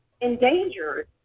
endangered